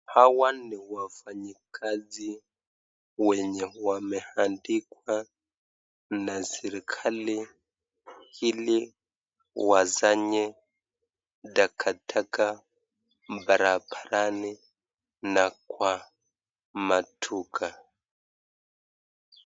Hawa ni wafanyikazi wenye wameandikwa na serikali ili wasanye takataka barabarani na kwa maduka.